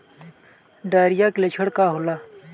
Diarrhoea के लक्षण का होला?